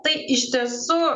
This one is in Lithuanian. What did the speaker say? tai iš tiesų